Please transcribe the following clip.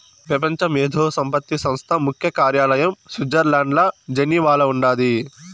పెపంచ మేధో సంపత్తి సంస్థ ముఖ్య కార్యాలయం స్విట్జర్లండ్ల జెనీవాల ఉండాది